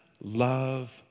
love